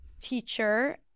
teacher